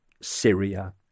Syria